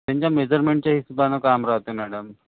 त्यांच्या मेजरमेंटच्या हिशोबानं काम राहतं मॅडम